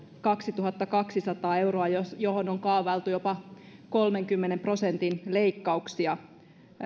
kaksituhattakaksisataa euroa johon on kaavailtu jopa kolmenkymmenen prosentin leikkauksia